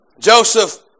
Joseph